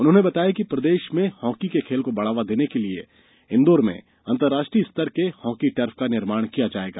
उन्होंने बताया कि प्रदेश में हाकी के खेल को बढ़ावा देने के लिए इंदौर में अंतरराष्ट्रीय स्तर के हॉकी टर्फ का निर्माण किया जाएगा